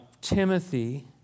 Timothy